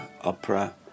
opera